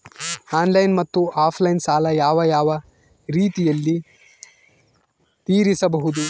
Online ಮತ್ತೆ offline ಸಾಲ ಯಾವ ಯಾವ ರೇತಿನಲ್ಲಿ ತೇರಿಸಬಹುದು?